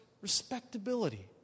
respectability